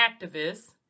activists